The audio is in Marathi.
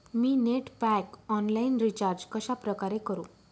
मी नेट पॅक ऑनलाईन रिचार्ज कशाप्रकारे करु?